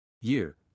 Year